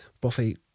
Buffy